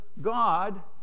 God